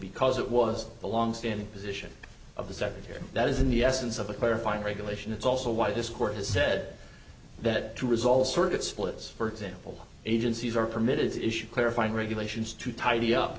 because it was a longstanding position of the secretary that is in the essence of a clarifying regulation it's also why this court has said that to resolve circuit splits for example agencies are permitted is issued clarifying regulations to tidy up